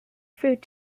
fruit